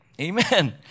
Amen